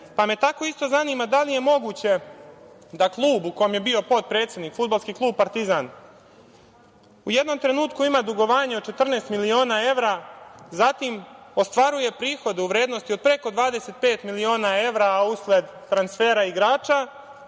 me tako isto zanima, da li je moguće da klub u kome je bio potpredsednik, Fudbalski klub „Partizan“ u jednom trenutku ima dugovanje od 14 miliona evra, a zatim ostvaruje prihode u vrednosti od preko 25 miliona evra, a usled transfera igrača